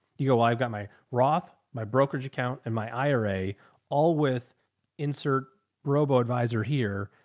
you go well, i've got my roth, my brokerage account and my ira all with insert robo advisor here.